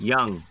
Young